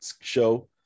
show